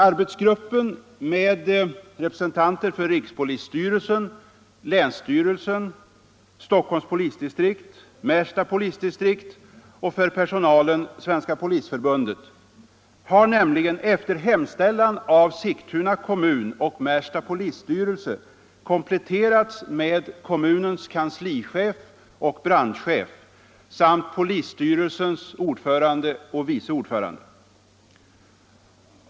Arbetsgruppen — med representanter för rikspolisstyrelsen, länsstyrelsen, Stockholms polisdistrikt, Märsta polisdistrikt och för personalen, Svenska polisförbundet — har nämligen efter hemställan av Sigtuna kommun och Märsta polisstyrelse kompletterats med kommunens kanslichef och brandchef samt polisstyrelsens ordförande och vice ordförande.